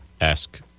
ask